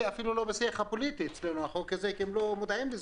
החוק הזה הוא אפילו לא בשיח הפוליטי כי הם לא מודעים לזה.